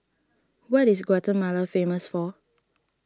what is Guatemala famous for